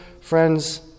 friends